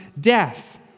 death